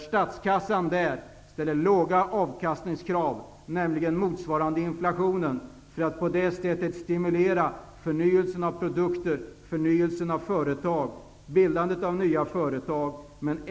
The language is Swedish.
Statskassan ställer låga avkastningskrav, motsvarande inflationen, för att stimulera förnyelse av produkter och bildande av nya företag.